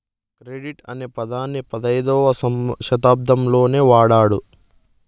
credit అనే పదాన్ని పదైధవ శతాబ్దంలోనే వాడారు